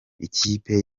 ikipe